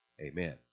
Amen